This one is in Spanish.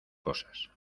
cosas